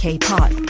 K-pop